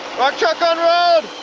rock truck on road!